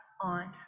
on